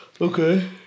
Okay